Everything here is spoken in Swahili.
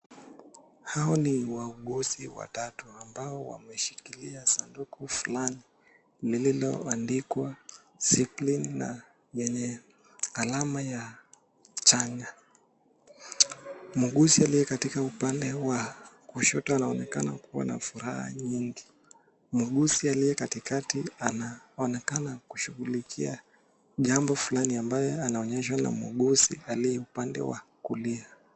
Hawa ni wauguzi watatu ambao wameshikilia sanduku fulani lililoandikwa Zipline na yenye alama ya chanya. Muuguzi aliye katika upande wa kushoto anaonekana kuwa na furaha nyingi. Muuguzi aliye katikati anaonekana kushughulikia jambo fulani ambalo anaonyeshwa na muuguzi aliye upande wa kulia.